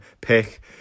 pick